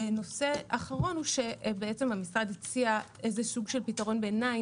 נושא אחרון המשרד הציע סוג של פתרון ביניים